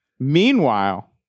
Meanwhile